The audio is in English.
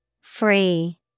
Free